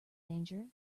danger